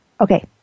Okay